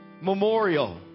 Memorial